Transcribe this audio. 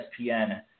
ESPN